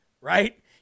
right